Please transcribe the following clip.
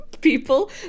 people